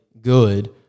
good